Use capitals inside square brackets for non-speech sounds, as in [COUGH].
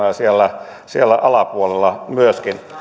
[UNINTELLIGIBLE] ja elinkeinoja siellä alapuolella myöskin